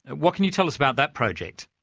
and what can you tell us about that project?